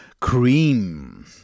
Cream